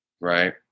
Right